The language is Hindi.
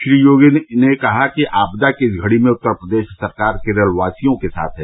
श्री योगी ने कहा कि आपदा की इस घड़ी में उत्तर प्रदेश सरकार केरल वासियों के साथ है